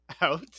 out